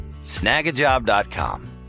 snagajob.com